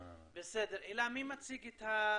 בבקשה, נעבור למצגת.